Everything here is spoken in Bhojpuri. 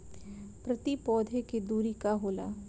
प्रति पौधे के दूरी का होला?